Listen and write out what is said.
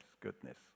goodness